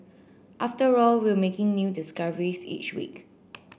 after all we're making new discoveries each week